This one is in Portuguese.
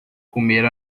comer